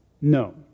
no